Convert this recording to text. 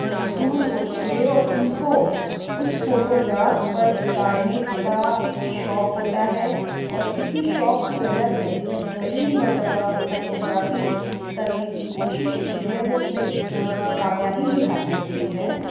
محسوس ہوتی ہے اور ان کو اس فوٹوگراف پر اتارنے کا شوق ہوتا ہے اور اسی شوق کی وجہ سے میں نے کئی مرتبہ فوٹوگرافی کرنے کی کوشش کی ہے اور اس میں کامیابی بھی حاصل کی ہے